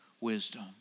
wisdom